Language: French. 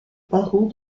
parents